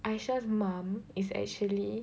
Aisyah 's mum is actually